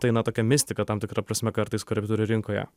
tai na tokia mistika tam tikra prasme kartais korepetitorių rinkoje